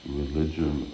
religion